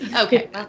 okay